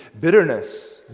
bitterness